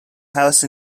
house